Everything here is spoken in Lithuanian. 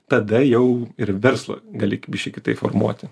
tada jau ir verslą gali biškį kitaip formuoti